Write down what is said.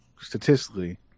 statistically